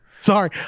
sorry